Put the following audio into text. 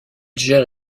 gère